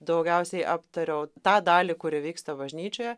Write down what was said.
daugiausiai aptariau tą dalį kuri vyksta bažnyčioje